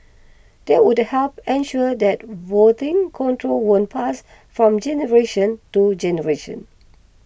that would help ensure that voting control won't pass from generation to generation